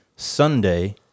Sunday